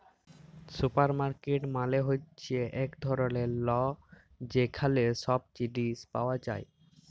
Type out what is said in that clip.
supermarket মালে হ্যচ্যে এক ধরলের ল যেখালে সব জিলিস পাওয়া যায়